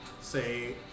say